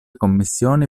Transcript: commissioni